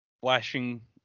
Flashing